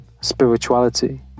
spirituality